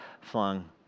flung